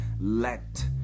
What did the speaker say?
let